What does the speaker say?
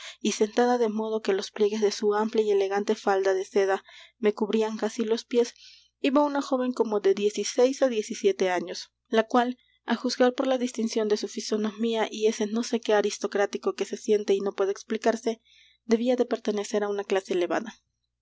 y sentada de modo que los pliegues de su amplia y elegante falda de seda me cubrían casi los pies iba una joven como de dieciséis á diecisiete años la cual á juzgar por la distinción de su fisonomía y ese no sé qué aristocrático que se siente y no puede explicarse debía de pertenecer á una clase elevada